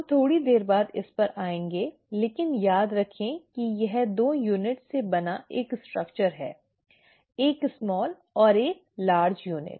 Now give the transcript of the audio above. हम थोड़ी देर बाद इस पर आएंगे लेकिन याद रखें कि यह 2 यूनिट से बना एक संरचना है एक छोटी और बड़ी यूनिट